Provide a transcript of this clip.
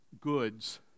goods